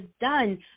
done